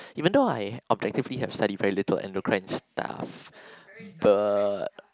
even though I objectively have studied very little endocrine stuff but